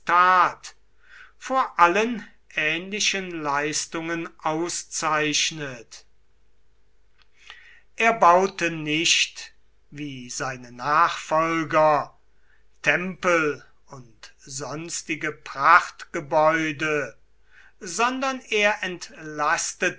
vor allen ähnlichen leistungen auszeichnet er baute nicht wie seine nachfolger tempel und sonstige prachtgebäude sondern er entlastete